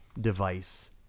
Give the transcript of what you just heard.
device